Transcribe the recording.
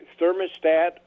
thermostat